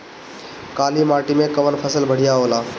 काली माटी मै कवन फसल बढ़िया होला?